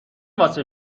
واسه